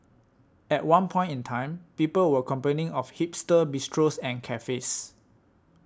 at one point in time people were complaining of hipster bistros and cafes